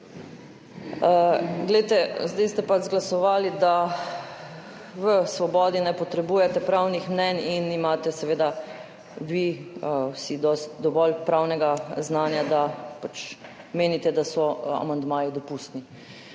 SDS):** Zdaj ste pa izglasovali, da v Svobodi ne potrebujete pravnih mnenj in imate seveda vi vsi dovolj pravnega znanja, da menite, da so amandmaji dopustni.